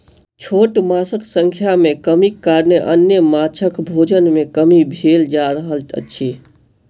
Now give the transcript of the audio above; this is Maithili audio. छोट माँछक संख्या मे कमीक कारणेँ अन्य माँछक भोजन मे कमी भेल जा रहल अछि